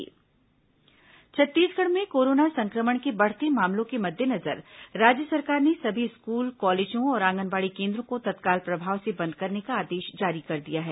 corona school college Chhattisgarh में corona संक्रमण के बढ़ते मामलों के मद्देनजर राज्य सरकार ने सभी स्कूल कॉलेजों और आंगनबाडी केन्द्रों को तत्काल प्रभाव से बंद करने का आदेश जारी कर दिया है